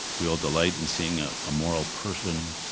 we all delight in seeing a moral person.